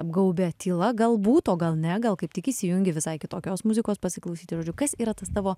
apgaubia tyla galbūt o gal ne gal kaip tik įsijungi visai kitokios muzikos pasiklausyti žodžiu kas yra tas tavo